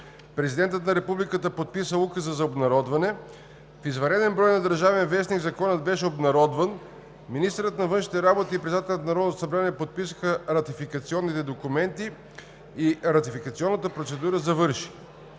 Президентът на Републиката подписа Указа за обнародване, в извънреден брой на „Държавен вестник“ Законът беше обнародван, министърът на външните работи и председателят на Народното събрание подписаха ратификационните документи и ратификационната процедура завърши.